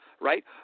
Right